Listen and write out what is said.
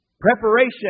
Preparation